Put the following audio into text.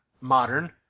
Modern